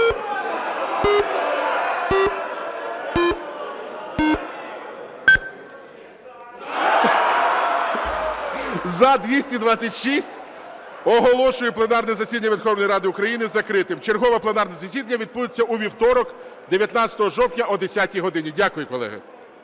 За-226 Оголошую пленарне засідання Верховної Ради України закритим. Чергове пленарне засідання відбудеться у вівторок, 19 жовтня, о 10 годині. Дякую, колеги.